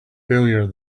failure